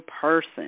person